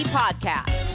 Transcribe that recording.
podcast